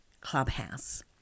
clubhouse